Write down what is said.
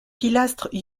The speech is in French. pilastres